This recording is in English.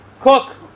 cook